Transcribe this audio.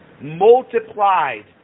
multiplied